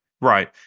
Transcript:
Right